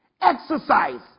Exercise